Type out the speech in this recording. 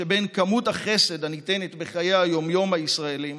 שבין כמות החסד הניתנת בחיי היום-יום הישראליים